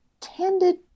tended